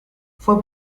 fue